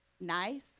nice